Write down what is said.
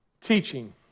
teaching